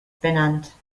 benannt